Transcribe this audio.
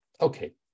Okay